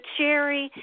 Cherry